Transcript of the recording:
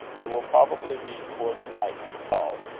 it will probably be towards night when he calls,